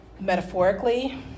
Metaphorically